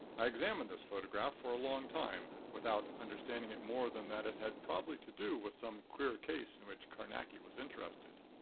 i examined this photograph for a long time without understanding it more than that it had probably to do with some queer case in which carnacki was interested.